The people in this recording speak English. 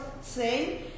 say